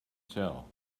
tell